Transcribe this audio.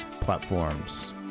platforms